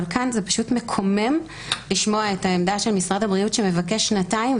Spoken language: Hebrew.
אבל כאן זה פשוט מקומם לשמוע את העמדה של משרד הבריאות שמבקש שנתיים.